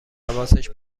حواسش